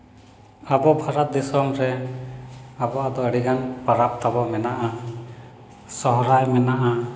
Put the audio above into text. ᱟᱵᱚ ᱵᱷᱟᱨᱚᱛ ᱫᱤᱥᱚᱢ ᱨᱮ ᱟᱵᱚᱣᱟᱜ ᱫᱚ ᱟᱹᱰᱤᱜᱟᱱ ᱯᱚᱨᱚᱵᱽ ᱛᱟᱵᱚ ᱢᱮᱱᱟᱜᱼᱟ ᱥᱚᱦᱚᱨᱟᱭ ᱢᱮᱱᱟᱜᱼᱟ